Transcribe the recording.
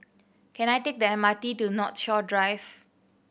can I take the M R T to Northshore Drive